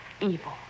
evil